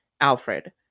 Alfred